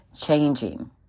changing